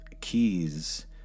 Keys